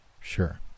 sure